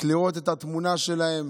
רק לראות את התמונה שלהם